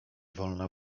wolna